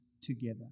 together